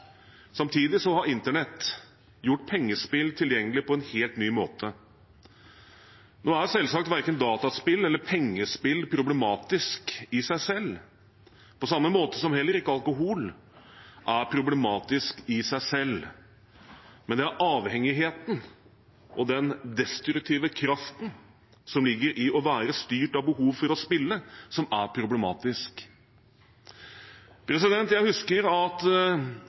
Samtidig har internett gjort pengespill tilgjengelig på en helt ny måte. Nå er selvsagt verken dataspill eller pengespill problematisk i seg selv – på samme måte som heller ikke alkohol er problematisk i seg selv – men det er avhengigheten og den destruktive kraften som ligger i å være styrt av behovet for å spille, som er problematisk. Jeg husker at